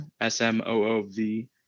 S-M-O-O-V